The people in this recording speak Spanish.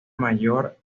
mayor